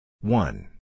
One